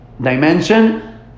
dimension